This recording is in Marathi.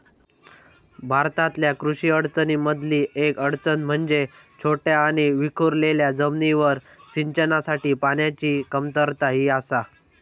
भारतातल्या कृषी अडचणीं मधली येक अडचण म्हणजे छोट्या आणि विखुरलेल्या जमिनींवर सिंचनासाठी पाण्याची कमतरता ही आसा